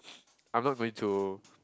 I'm not going to